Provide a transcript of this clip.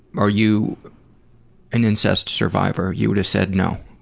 are you an incest survivor? you would have said no?